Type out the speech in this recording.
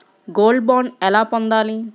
Gold bond ఎలా పొందాలి?